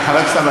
חבר הכנסת עמאר,